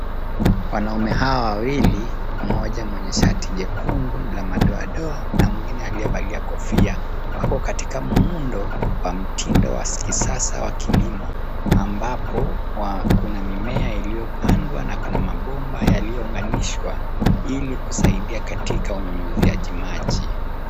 Wanaume hawa wawili mmoja mwenye shati jekundu la madoadoa na mwingine aliyevalia kofia wako katika muundo wa mtindo wa kisasa wa kilimo ambapo kuna mimea iliyopandwa na kuna mabomba yaliyounganishwa ili kusaidia katika unyunyiziaji maji.